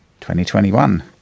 2021